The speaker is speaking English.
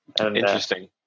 Interesting